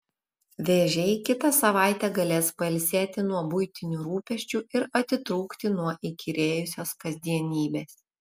vėžiai kitą savaitę galės pailsėti nuo buitinių rūpesčių ir atitrūkti nuo įkyrėjusios kasdienybės